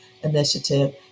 Initiative